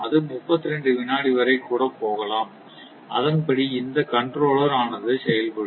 அது 32 வினாடி வரை கூட போகலாம் அதன்படி இந்த கண்ட்ரோலர் ஆனது செயல்படும்